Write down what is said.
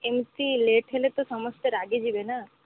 ଏମିତି ଲେଟ୍ ହେଲେ ତ ସମସ୍ତେ ରାଗିଯିବେ ନା